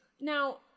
Now